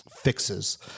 fixes